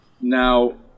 Now